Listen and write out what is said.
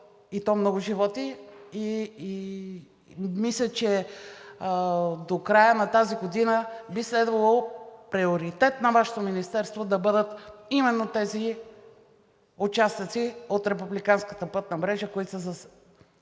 и то много животи, и мисля, че до края на тази година би следвало приоритет на Вашето министерство да бъдат именно тези участъци от републиканската пътна мрежа,